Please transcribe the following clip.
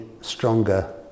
stronger